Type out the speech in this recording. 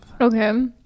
okay